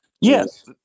Yes